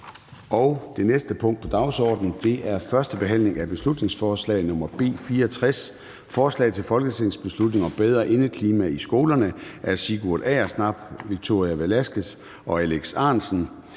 Det næste punkt på dagsordenen er: 2) 1. behandling af beslutningsforslag nr. B 64: Forslag til folketingsbeslutning om bedre indeklima i skolerne. Af Sigurd Agersnap (SF), Victoria Velasquez (EL) og Alex Ahrendtsen